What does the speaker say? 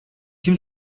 kim